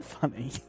funny